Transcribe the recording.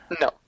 No